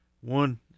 one